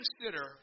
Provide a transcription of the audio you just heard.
consider